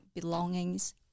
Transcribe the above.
belongings